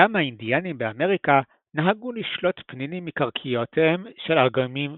גם האינדיאנים באמריקה נהגו לשלות פנינים מקרקעיותיהם של אגמים ונהרות,